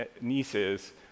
nieces